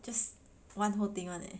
just one whole thing [one] leh